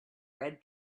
bread